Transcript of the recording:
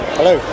Hello